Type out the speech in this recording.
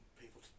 people